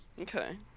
Okay